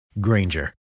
Granger